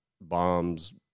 bombs